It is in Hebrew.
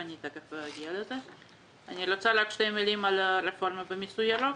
ותיכף אגיע לזה אני רוצה רק להגיד שתי מילים על הרפורמה במיסוי ירוק,